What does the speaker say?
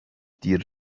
دیر